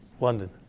London